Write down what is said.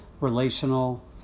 relational